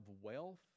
wealth